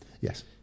Yes